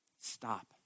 Stop